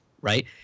right